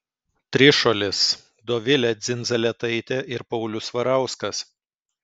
trišuolis dovilė dzindzaletaitė ir paulius svarauskas